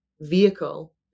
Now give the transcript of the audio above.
vehicle